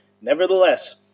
nevertheless